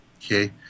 Okay